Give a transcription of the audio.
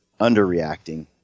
underreacting